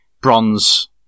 bronze